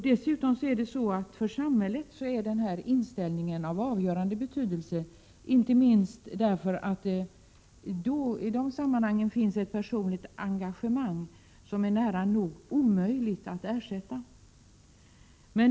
Dessutom är den här inställningen av avgörande betydelse för samhället, inte minst för att det i detta sammanhang finns ett personligt engagemang som är nära nog omöjligt att ersätta.